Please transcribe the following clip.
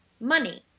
money